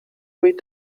read